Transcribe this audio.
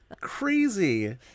Crazy